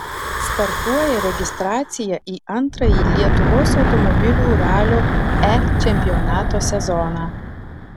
startuoja registracija į antrąjį lietuvos automobilių ralio e čempionato sezoną